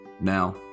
Now